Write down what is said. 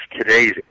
today's